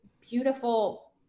beautiful